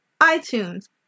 iTunes